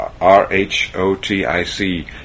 R-H-O-T-I-C